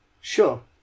Sure